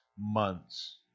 months